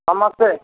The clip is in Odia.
ସମସ୍ତେ